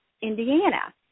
indiana